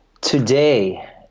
Today